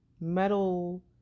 metal